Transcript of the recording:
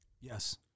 Yes